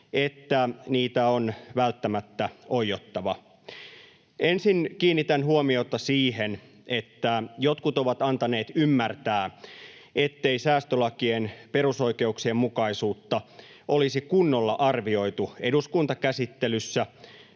että niitä on välttämättä oiottava. Ensin kiinnitän huomiota siihen, että jotkut ovat antaneet ymmärtää, ettei säästölakien perusoikeuksien mukaisuutta olisi kunnolla arvioitu eduskuntakäsittelyssä